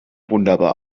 wunderbar